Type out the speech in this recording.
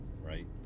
right